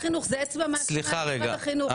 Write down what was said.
זה אצבע מאשימה כלפי משרד החינוך.